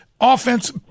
offense